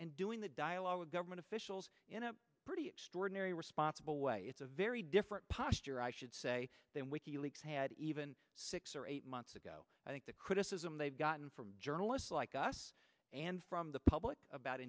and doing the dialogue with government officials in a pretty extraordinary responsible way it's a very different posture i should say than wiki leaks had even six or eight months ago i think the criticism they've gotten from journalists like us and from the public about